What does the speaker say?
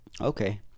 Okay